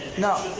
no,